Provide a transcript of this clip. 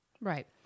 Right